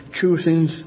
choosing